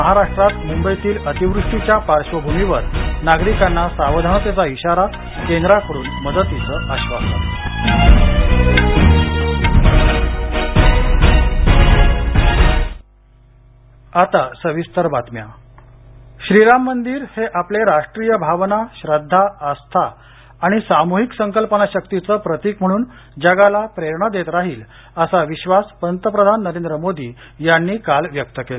महाराष्ट्रात मुंबईतील अतिवृष्टीच्या पार्श्वभूमीवर नागरिकांना सावधानतेचा इशारा केंद्राकडून मदतीचं आश्वासन राम मंदिर भमिपजन श्रीराम मंदिर हे आपली राष्ट्रीय भावना श्रद्धा आस्था आणि सामूहिक संकल्पशक्तीचं प्रतिक म्हणून जगाला प्रेरणा देत राहील असा विश्वास पंतप्रधान नरेंद्र मोदी यांनी काल व्यक्त केला